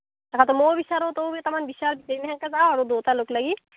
তাকেতো ময়ো বিচাৰোঁ তয়ো কেটামান বিচাৰ সেনকে যাওঁ আৰু দুয়োটা লগ লাগি